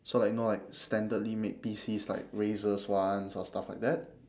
so like no like standardly made PCs like razer's ones or stuff like that